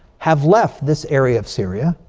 have left this area of syria.